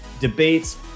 debates